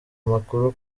amakuru